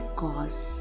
cause